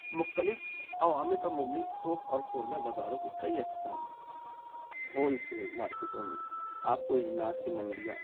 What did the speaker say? مختلف عوامی پر مبنی تھوک اور خوردہ بازاروں کی کئی اقسام ہیں ہول سیل مارکیٹوں میں آپ کو اجناس کی منڈیاں